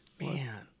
Man